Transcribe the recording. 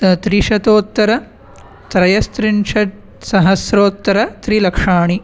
त त्रिंशतोत्तरत्रयस्त्रिंशत् सहस्रोत्तरत्रिलक्षाणि